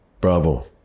bravo